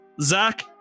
Zach